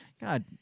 God